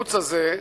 שהערוץ הזה,